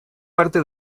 parte